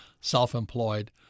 self-employed